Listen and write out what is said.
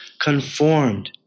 conformed